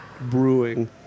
brewing